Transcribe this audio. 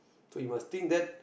so you must think that